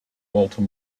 walter